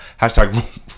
hashtag